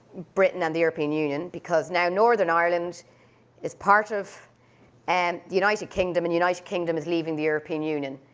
britain and the european union, because now northern ireland is part of and the united kingdom, and the united kingdom is leaving the european union,